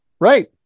right